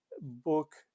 book